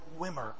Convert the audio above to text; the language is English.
Wimmer